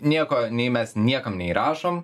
nieko nei mes niekam neįrašom